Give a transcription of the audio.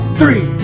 three